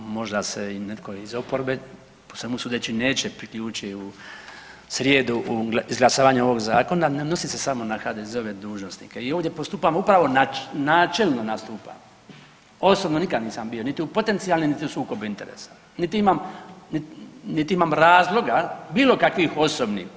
Možda se i netko iz oporbe po svemu sudeći neće priključiti u srijedu u izglasavanje ovog zakona, ne odnosi se samo na HDZ-ove dužnosnike i ovdje postupamo upravo načelno nastupamo, osobno nikad nisam bio niti u potencionalnim, niti u sukobu interesa, niti imam, niti imam razloga bilo kakvih osobnih.